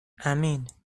امین